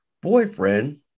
boyfriend